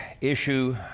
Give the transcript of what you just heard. issue